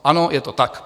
Ano, je to tak.